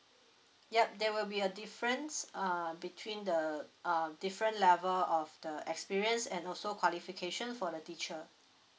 ya there will be a difference uh between the um different level of the experience and also qualification for the teacher